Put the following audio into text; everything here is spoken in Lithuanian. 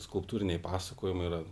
skulptūriniai pasakojimai yra